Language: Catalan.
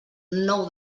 nou